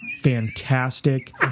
fantastic